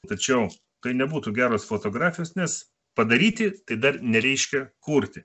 tačiau tai nebūtų geros fotografijos nes padaryti tai dar nereiškia kurti